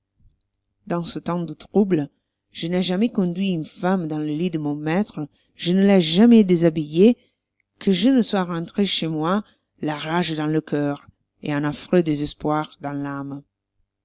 dans ce temps de trouble je n'ai jamais conduit une femme dans le lit de mon maître je ne l'ai jamais déshabillée que je ne sois rentré chez moi la rage dans le cœur et un affreux désespoir dans l'âme